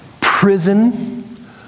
prison